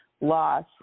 loss